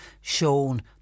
shown